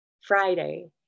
Friday